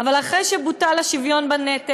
אבל אחרי שבוטל השוויון בנטל,